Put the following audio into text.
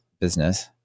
business